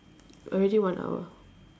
already one hour